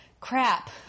crap